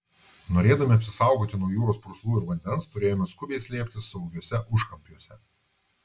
norėdami apsisaugoti nuo jūros purslų ir vandens turėjome skubiai slėptis saugiuose užkampiuose